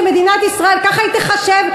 שמדינת ישראל ככה תיחשב,